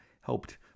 helped